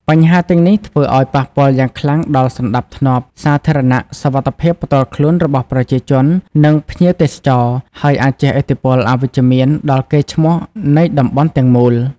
បញ្ហាទាំងនេះធ្វើឲ្យ ប៉ះពាល់យ៉ាងខ្លាំងដល់សណ្តាប់ធ្នាប់សាធារណៈ សុវត្ថិភាពផ្ទាល់ខ្លួនរបស់ប្រជាជន និងភ្ញៀវទេសចរ ហើយអាចជះឥទ្ធិពលអវិជ្ជមានដល់កេរ្តិ៍ឈ្មោះនៃតំបន់ទាំងមូល។